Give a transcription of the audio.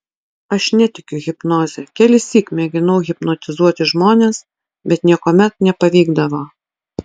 aš netikiu hipnoze kelissyk mėginau hipnotizuoti žmones bet niekuomet nepavykdavo